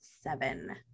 seven